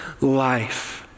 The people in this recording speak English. life